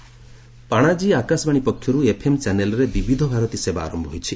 ଗୋଆ ପାଣାଜୀ ଆକାଶବାଣୀ ପକ୍ଷରୁ ଏଫ୍ଏମ୍ ଚ୍ୟାନେଲ୍ରେ ବିବିଧଭାରତୀ ସେବା ଆରମ୍ଭ ହୋଇଛି